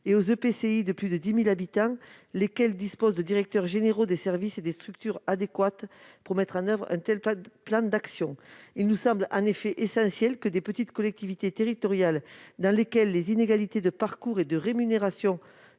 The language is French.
et EPCI de plus de 10 000 habitants, lesquels disposent de directeurs généraux des services et de structures adéquates pour mettre en oeuvre un tel plan d'action. Il nous semble en effet essentiel que de petites collectivités territoriales, dans lesquelles les inégalités de parcours et de rémunération